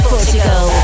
Portugal